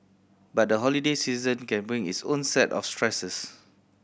but the holiday season can bring its own set of stresses